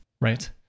Right